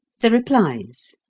the replies